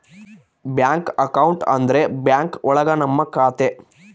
bank account ಅಂದ್ರೆ bank ಒಳಗ ನಮ್ ಖಾತೆ